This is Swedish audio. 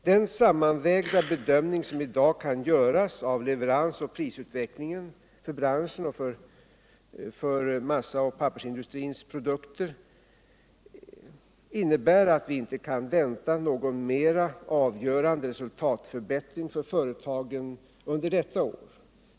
Den sammanvägda bedömning som i dag kan göras av leveransoch prisutvecklingen för massaoch pappersindustrins produkter innebär att vi inte kan vänta någon mer avgörande resultatförbättring för företagen under detta år.